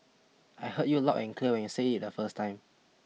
I heard you loud and clear when you said it the first time